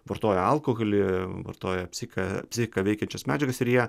vartoja alkoholį vartoja psichiką psihciką veikiančias medžiagas ir jie